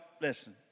listen